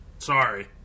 Sorry